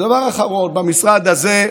דבר אחרון, במשרד הזה,